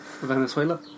Venezuela